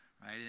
right